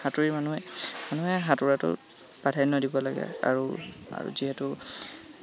সাঁতুৰি মানুহে মানুহে সাঁতোৰাটো প্ৰাধান্য দিব লাগে আৰু আৰু যিহেতু